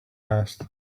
asked